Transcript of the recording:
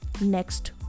next